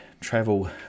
travel